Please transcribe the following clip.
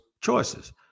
choices